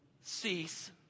cease